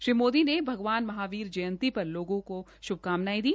श्री मोदी ने भगवान महावीर जयंती पर लोगों का श्भकानायें दी